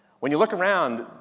when you look around,